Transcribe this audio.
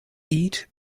eat